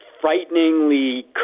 frighteningly